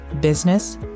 business